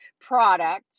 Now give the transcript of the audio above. product